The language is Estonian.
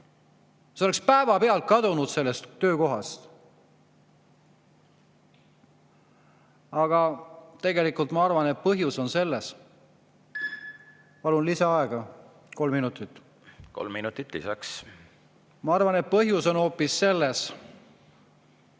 Ta oleks päevapealt kadunud sellest töökohast. Aga tegelikult ma arvan, et põhjus on selles. Palun lisaaega kolm minutit. Kolm minutit lisaks. Kolm minutit lisaks. Ma arvan, et põhjus on hoopis selles: